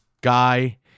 guy